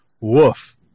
Woof